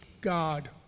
God